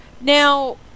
Now